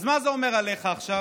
אז מה זה אומר עליך עכשיו?